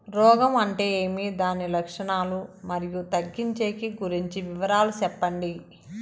రోగం అంటే ఏమి దాని లక్షణాలు, మరియు తగ్గించేకి గురించి వివరాలు సెప్పండి?